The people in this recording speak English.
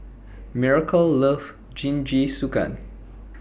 Miracle loves Jingisukan